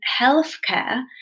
healthcare